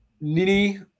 Nini